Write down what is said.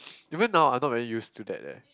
even now I'm not very used to that eh